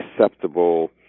acceptable